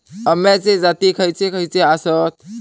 अम्याचे जाती खयचे खयचे आसत?